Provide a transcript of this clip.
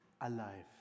alive